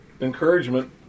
encouragement